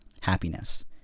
Happiness